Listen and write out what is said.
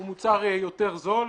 הוא מוצר יותר זול,